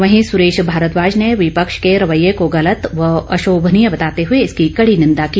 वहीं सुरेश भारद्वाज ने विपक्ष के रवैये को गलत व अशोभनीय बताते हुए इसकी कड़ी निंदा की